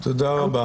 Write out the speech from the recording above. תודה רבה